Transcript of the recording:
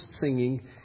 singing